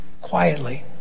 quietly